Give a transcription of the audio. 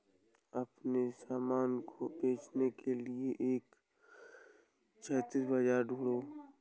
अपने सामान को बेचने के लिए एक लक्षित बाजार ढूंढो